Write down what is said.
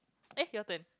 eh your turn